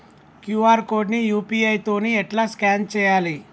QR code ని UPI తోని ఎట్లా స్కాన్ చేయాలి?